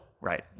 right